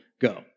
go